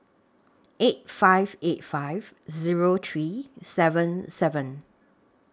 eight five eight five Zero three seven seven